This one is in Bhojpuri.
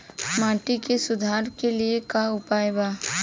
माटी के सुधार के लिए का उपाय बा?